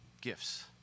gifts